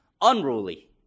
unruly